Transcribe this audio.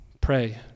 pray